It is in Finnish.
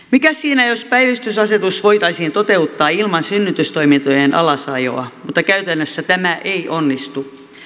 mikäs siinä jos päivystysasetus voitaisiin toteuttaa ilman synnytystoimintojen alasajoa mutta käytännössä tämä ei onnistu